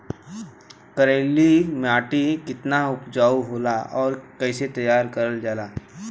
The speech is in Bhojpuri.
करेली माटी कितना उपजाऊ होला और कैसे तैयार करल जाला?